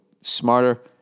smarter